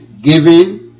giving